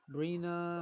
Brina